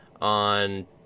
on